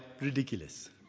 ridiculous